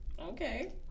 Okay